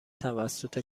توسط